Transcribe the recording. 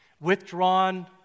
Withdrawn